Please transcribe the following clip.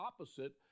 opposite